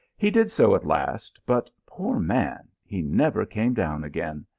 he did so at last, but, poor man, he never came down again.